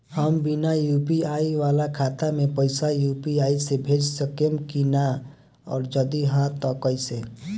हम बिना यू.पी.आई वाला खाता मे पैसा यू.पी.आई से भेज सकेम की ना और जदि हाँ त कईसे?